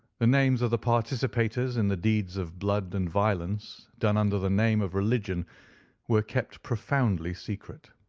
the names of the participators in the deeds of blood and violence done under the name of religion were kept profoundly secret.